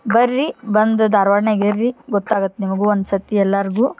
ಬರ್ರಿ ಬಂದು ಧಾರ್ವಾಡ್ನ್ಯಾಗ ಇರಲಿ ಗೊತ್ತಾಗತ್ತೆ ನಿಮಗೂ ಒಂದ್ಸರ್ತಿ ಎಲ್ಲಾರ್ಗು